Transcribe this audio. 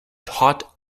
taut